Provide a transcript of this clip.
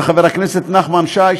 לחבר הכנסת נחמן שי,